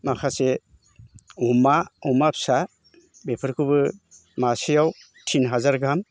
माखासे अमा अमा फिसा बेफोरखौबो मासेयाव तिन हाजार गाहाम